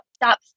Stop